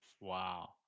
Wow